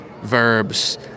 verbs